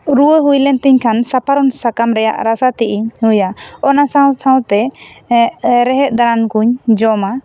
ᱨᱩᱣᱟᱹ ᱦᱩᱭᱞᱮᱱ ᱛᱤᱧ ᱠᱷᱟᱱ ᱥᱟᱯᱟᱨᱚᱢ ᱥᱟᱠᱟᱢ ᱨᱮᱭᱟᱜ ᱨᱟᱥᱟ ᱛᱮᱜ ᱤᱧ ᱧᱩᱭᱟ ᱚᱱᱟ ᱥᱟᱶ ᱥᱟᱶᱛᱮ ᱮ ᱨᱮᱦᱮᱫ ᱫᱟᱱᱠᱩᱧ ᱡᱚᱢᱟ